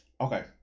Okay